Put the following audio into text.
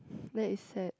that is sad